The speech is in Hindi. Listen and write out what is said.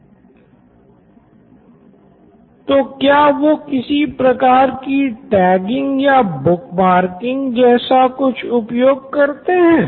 प्रोफेसर तो क्या वो किसी प्रकार की टैगिंग या बुकमारकिंग जैसा कुछ उपयोग करते हैं